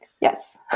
Yes